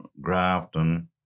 Grafton